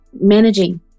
Managing